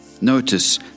Notice